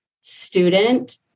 student